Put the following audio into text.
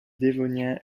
dévonien